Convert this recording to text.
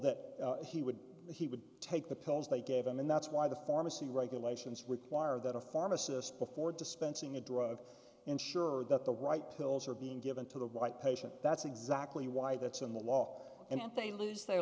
that he would he would take the pills they gave him and that's why the pharmacy regulations require that a pharmacist before dispensing a drug ensure that the right pills are being given to the white patient that's exactly why that's in the law and if they lose their